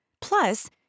Plus